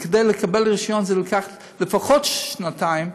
לקבל רישיון ייקח לפחות שנתיים,